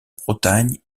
bretagne